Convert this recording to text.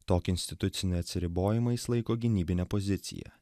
tokį institucinį atsiribojimą jis laiko gynybine pozicija